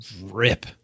rip